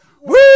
woo